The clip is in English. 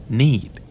need